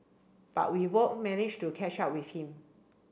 but we both managed to catch up with him